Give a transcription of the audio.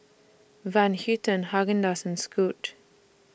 Van Houten Haagen Dazs and Scoot